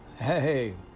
Hey